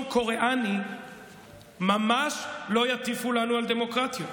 קוריאני ממש לא יטיפו לנו על דמוקרטיה,